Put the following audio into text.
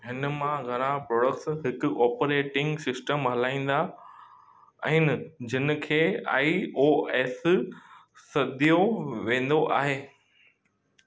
हिन मां घणा प्रोडेक्ट्स हिकु ऑपरेटिंग सिस्टम हलाईंदा आहिनि जिनखे आई ओ एस सॾियो वेंदो आहे